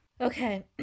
okay